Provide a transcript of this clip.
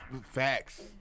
Facts